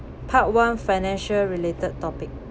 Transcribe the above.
part one financial related topic